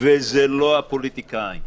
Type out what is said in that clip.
ולא הפוליטיקאים.